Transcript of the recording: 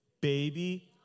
baby